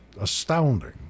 astounding